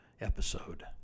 episode